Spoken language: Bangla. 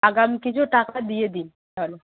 আগাম কিছু টাকা দিয়ে দিন তাহলে